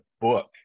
book